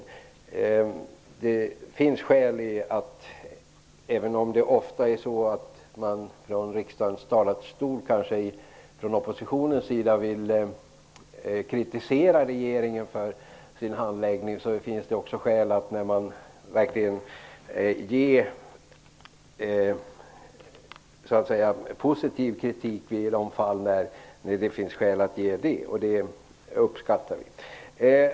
Det finns skäl i, även om man från oppositionens sida från riksdagens talarstol ofta vill kritisera regeringen för dess handläggning, att verkligen ge positiv kritik i de fall där det är befogat; det uppskattar vi.